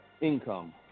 income